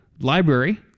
library